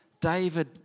David